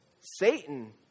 Satan